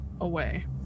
away